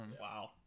Wow